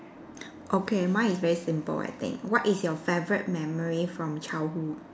okay mine is very simple I think what is your favorite memory from childhood